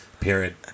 Period